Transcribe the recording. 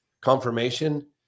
confirmation